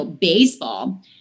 baseball